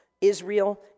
Israel